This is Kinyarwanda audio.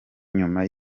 nyuma